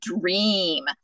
dream